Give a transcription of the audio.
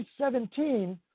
2017